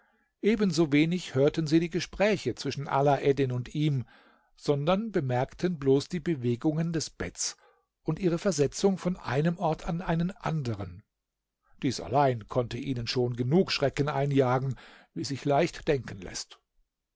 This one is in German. ebensowenig hörten sie die gespräche zwischen alaeddin und ihm sondern bemerkten bloß die bewegungen des betts und ihre versetzung von einem ort an einen andern dies allein konnte ihnen schon genug schrecken einjagen wie sich leicht denken läßt